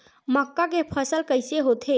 मक्का के फसल कइसे होथे?